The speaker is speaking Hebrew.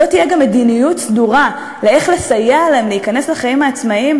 לא תהיה גם מדיניות סדורה איך לסייע להם להיכנס לחיים העצמאים,